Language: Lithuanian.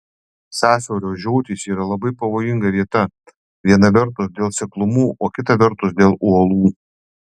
sąsiaurio žiotys yra labai pavojinga vieta viena vertus dėl seklumų o kita vertus dėl uolų